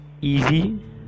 easy